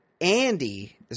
Andy